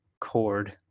cord